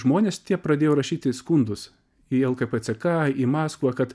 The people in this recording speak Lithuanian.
žmonės tie pradėjo rašyti skundus į lkp ck į maskvą kad